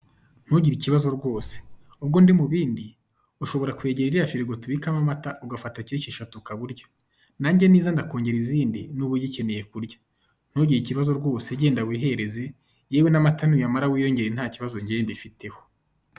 Ntugire ikibazo rwose n'ubwo ndi mu bindi ushobora kwegera iriya firigo tubikamo amata ugafata keke ashatu ukaba urya, nange ninza ndakongera izindi nuba ugikeneye kurya, ntugire ikibazo rwose genda wihereze yewe n'amata nuyamara wiyongere ntakibazo ngewe mbifiteho.